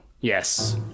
Yes